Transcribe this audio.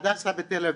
הדסה בתל אביב.